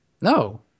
No